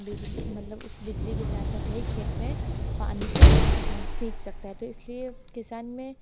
बिजली मतलब उस बिजली की सहायता से ही खेत में पानी से सींच सकता है तो इस लिए किसान में